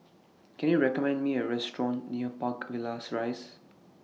Can YOU recommend Me A Restaurant near Park Villas Rise